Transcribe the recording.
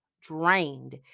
drained